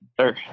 sir